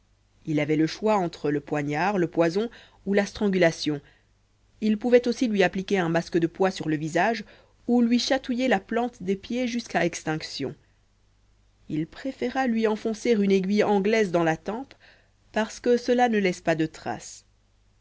il avait le choix entre le poignard le poison ou la strangulation il pouvait aussi lui appliquer un masque de poix sur le visage ou lui chatouiller la plante des pieds jusqu'à extinction il préféra lui enfoncer une aiguille anglaise dans la tempe parce que cela ne laisse pas de trace